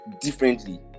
differently